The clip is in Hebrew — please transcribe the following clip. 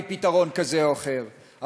להביא פתרון כזה או אחר,